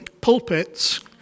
pulpits